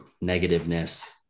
negativeness